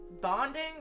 bonding